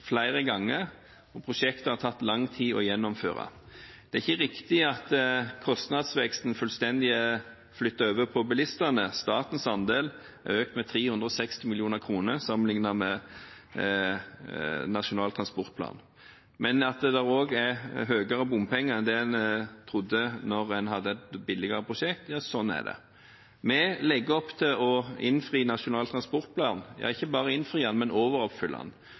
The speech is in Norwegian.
flere ganger, og prosjektet har tatt lang tid å gjennomføre. Det er ikke riktig at kostnadsveksten er fullstendig flyttet over på bilistene. Statens andel er økt med 360 mill. kr sammenlignet med Nasjonal transportplan. Men det er også høyere bompengeandel enn det en trodde da en hadde et billigere prosjekt – ja, sånn er det. Vi legger opp til å innfri Nasjonal transportplan, ja, ikke bare innfri, men overoppfylle den.